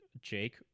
Jake